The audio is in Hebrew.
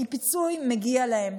כי פיצוי מגיע להן,